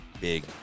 big